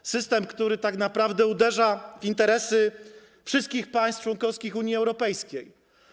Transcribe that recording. To system, który tak naprawdę uderza w interesy wszystkich państw członkowskich Unii Europejskiej.